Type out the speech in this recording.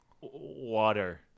water